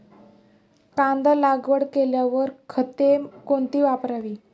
कांदा लागवड केल्यावर खते कोणती वापरावी?